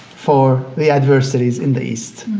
for the adversities in the east.